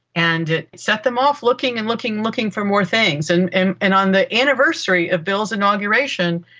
and it set them off looking and looking looking for more things. and and and on the anniversary of bill's inauguration,